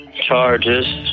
charges